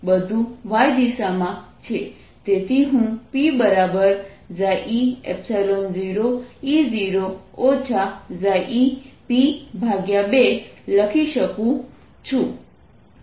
બધું y દિશામાં છે તેથી હું Pe0E0 eP2 લખી શકું છું